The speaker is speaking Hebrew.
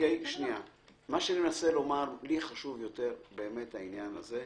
לי חשוב יותר העניין הזה.